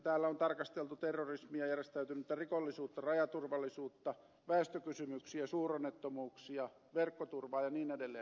täällä on tarkasteltu terrorismia järjestäytynyttä rikollisuutta rajaturvallisuutta väestökysymyksiä suuronnettomuuksia verkkoturvaa ja niin edelleen